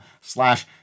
slash